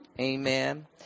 Amen